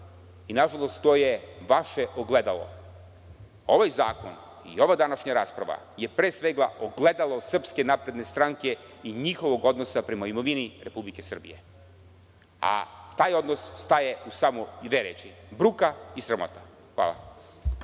i, nažalost, to je vaše ogledalo. Ovaj zakon i ova današnja rasprava je pre svega ogledalo SNS i njihovog odnosa prema imovini Republike Srbije. Taj odnos staje u samo dve reči – bruka i sramota. Hvala.